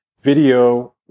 video